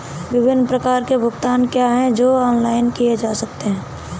विभिन्न प्रकार के भुगतान क्या हैं जो ऑनलाइन किए जा सकते हैं?